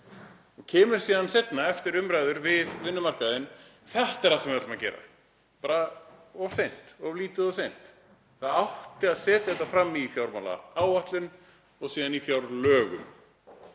og kemur síðan seinna eftir umræður við vinnumarkaðinn og segir: Þetta er það sem við ætlum að gera, þá er það bara of seint, of lítið, of seint. Það átti að setja þetta fram í fjármálaáætlun og síðan í fjárlögum.